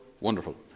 Wonderful